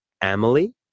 Emily